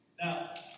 Now